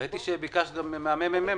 ראיתי שביקשת מחקר על זה מהמ.מ.מ.